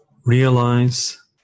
Realize